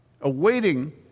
awaiting